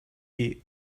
you